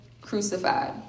crucified